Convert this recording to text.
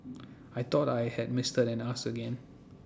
I thought I had Mister and asked again